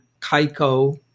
Kaiko